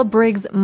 Briggs